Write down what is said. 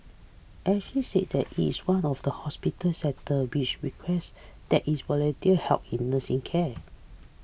Assisi says that it is one of the hospital sector which requests that its volunteer help in nursing care